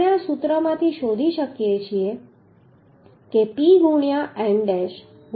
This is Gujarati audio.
આપણે આ સૂત્રમાંથી શોધી શકીએ છીએ કે P ગુણ્યાં n ડેશ ગુણ્યાં Vsd